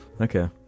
Okay